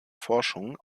forschung